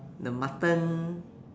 the mutton